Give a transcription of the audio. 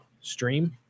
stream